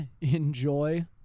enjoy